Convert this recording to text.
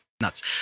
nuts